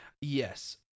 Yes